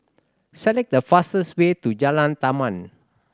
select the fastest way to Jalan Taman